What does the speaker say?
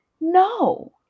No